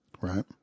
right